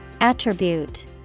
Attribute